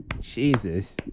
jesus